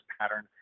pattern